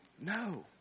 No